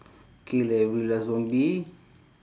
kill every last zombie